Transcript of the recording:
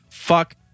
fuck